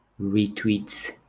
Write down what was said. retweets